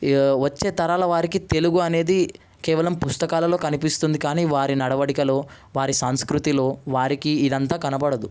ఈ వచ్చే తరాల వారికి తెలుగు అనేది కేవలం పుస్తకాలలో కనిపిస్తుంది కాని వారి నడవడికలో వారి సంస్కృతిలో వారికి ఇదంతా కనపడదు